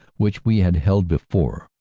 which we had held before,